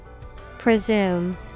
Presume